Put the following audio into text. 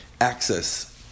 access